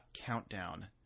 countdown